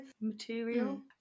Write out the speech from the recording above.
material